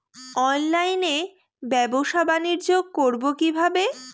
অনলাইনে ব্যবসা বানিজ্য করব কিভাবে?